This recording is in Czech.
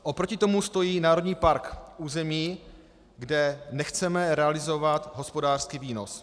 Oproti tomu stojí národní park v území, kde nechceme realizovat hospodářský výnos.